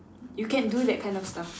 you can do that kind of stuff